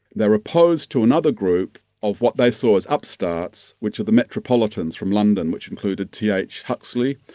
they were opposed to another group of what they saw as upstarts, which are the metropolitans from london, which included th huxley,